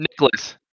Nicholas